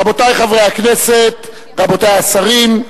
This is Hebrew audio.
רבותי חברי הכנסת, רבותי השרים,